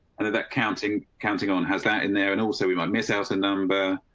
under that counting, counting on has that in there and also we might miss out a number,